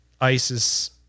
ISIS